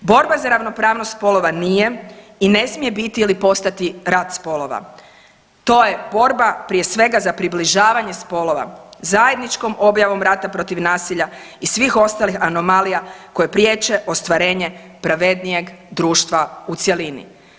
Borba za ravnopravnost spolova nije i ne smije biti ili postati rat spolova, to je borba prije svega za približavanje spolova, zajedničkom objavom rata protiv nasilja i svih ostalih anomalija koje priječe ostvarenje pravednijeg društva u cjelini.